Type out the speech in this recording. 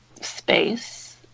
space